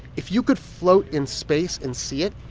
if you could float in space and see it,